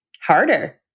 harder